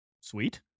Sweet